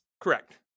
Correct